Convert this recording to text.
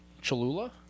Cholula